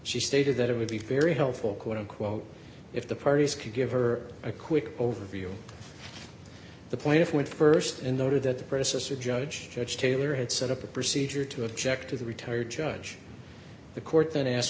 she stated that it would be very helpful quote unquote if the parties could give her a quick overview the point if went st in order that the presence or judge judge taylor had set up a procedure to object to the retired judge the court then ask